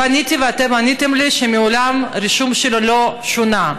אז פניתי ואתם עניתם לי שמעולם הרישום שלו לא שונה.